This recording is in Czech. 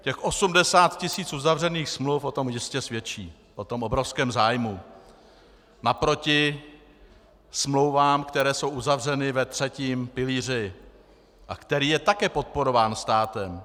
Těch 80 tisíc uzavřených smluv o tom jistě svědčí, o tom obrovském zájmu, naproti smlouvám, které jsou uzavřeny ve třetím pilíři a který je také podporován státem.